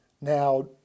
Now